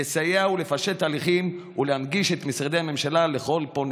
לסייע ולפשט תהליכים ולהנגיש את משרדי הממשלה לכל פונה.